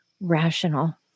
rational